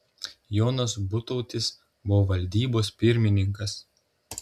jonas butautis buvo valdybos pirmininkas